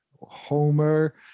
Homer